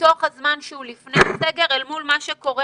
מתוך התקופה שלפני הסגר אל מול מה שקורה